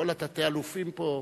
כל התתי-אלופים פה.